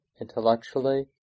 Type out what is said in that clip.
intellectually